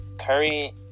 Curry